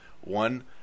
One